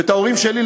ואת ההורים שלי,